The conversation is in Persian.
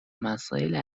مسائل